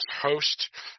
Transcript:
host